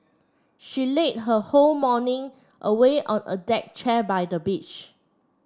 she her whole morning away on a deck chair by the beach